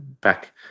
back